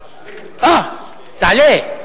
אה, תעלה.